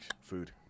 food